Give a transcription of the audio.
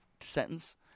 sentence